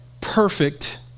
perfect